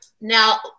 Now